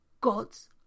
god's